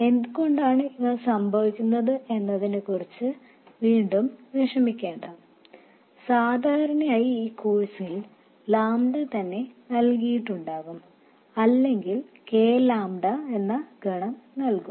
എന്തുകൊണ്ടാണ് ഇവ സംഭവിക്കുന്നത് എന്നതിനെക്കുറിച്ച് വീണ്ടും വിഷമിക്കേണ്ട സാധാരണയായി ഈ കോഴ്സിൽ ലാംഡ തന്നെ നൽകിയിട്ടുണ്ടാകും അല്ലെങ്കിൽ k ലാംഡ നൽകും